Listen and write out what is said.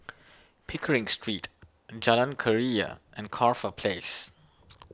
Pickering Street Jalan Keria and Corfe Place